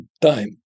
time